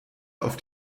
auf